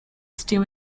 still